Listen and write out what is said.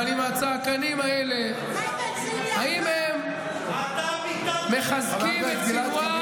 אבל עם הצעקנים האלה, נכון, אתה צריך אולי בנזין?